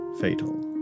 Fatal